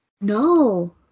No